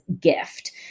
gift